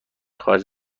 خارج